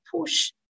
push